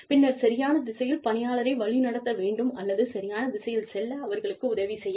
பின்னர் சரியான திசையில் பணியாளரை வழி நடத்த வேண்டும் அல்லது சரியான திசையில் செல்ல அவர்களுக்கு உதவி செய்ய வேண்டும்